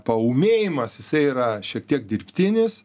paūmėjimas jisai yra šiek tiek dirbtinis